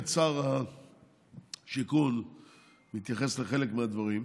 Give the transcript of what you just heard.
היום את שר השיכון מתייחס לחלק מהדברים.